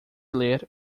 ler